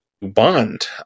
bond